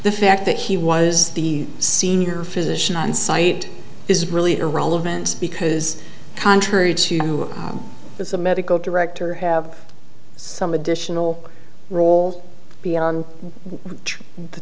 the fact that he was the senior physician on site is really irrelevant because contrary to this is a medical director have some additional role beyond the